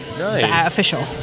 official